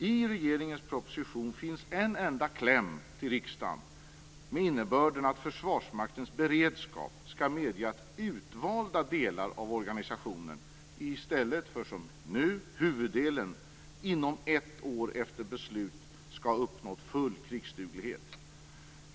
I regeringens proposition finns en enda "kläm" till riksdagen, med innebörden att Försvarsmaktens beredskap skall medge att utvalda delar av organisationen - i stället för som nu huvuddelen - inom ett år efter beslut skall ha uppnått full krigsduglighet.